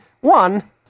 one